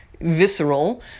visceral